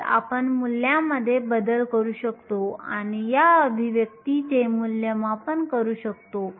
तर आपण मूल्यांमध्ये बदल करू शकतो आणि या अभिव्यक्तीचे मूल्यमापन करू शकतो